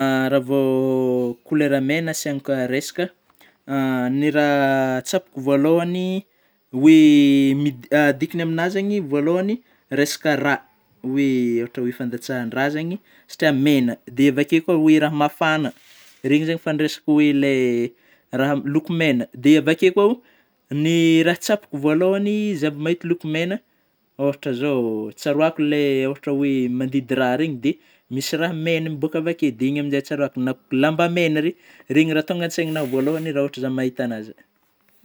Raha vao kolera mena asiana koa resaka ny raha tsapako voalohany hoe mi- dikany aminahy zegny voalohany resaka rà hoe ohatra hoe fandatsahan-drà zegny satria mena dia avy ake koa hoe raha mafana regny zegny fandraisako hoe ilay raha loko mena; dia avy ake koa ny raha tsapako voalohany zaho vao mahita loko mena ohatra zao tsaroako ilay ohatra hoe mandidy raha regny de misy rà mena miboaka avy ake, dia igny amin'jay tsaroako na lamba mena regny, regny raha tonga an-tsaigninahy voalohany raha ohatra zah mahita an'azy.